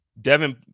Devin